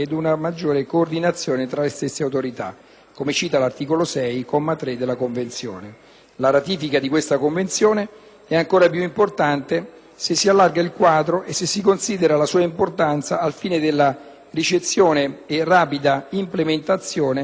La ratifica di questa Convenzione è ancora più importante se poi si allarga il quadro e si considera la sua importanza al fine della ricezione e della rapida implementazione di altre componenti della legge comunitaria, attualmente oggetto di esame in 14a Commissione.